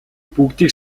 бүгдийг